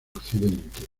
occidente